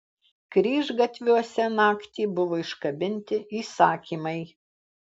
kryžgatviuose naktį buvo iškabinti įsakymai